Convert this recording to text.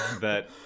that-